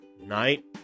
night